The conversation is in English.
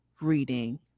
reading